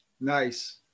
Nice